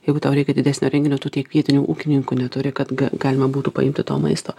jeigu tau reikia didesnio renginio tu tiek vietinių ūkininkų neturi kad galima būtų paimti to maisto